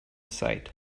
sight